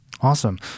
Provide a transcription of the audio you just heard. Awesome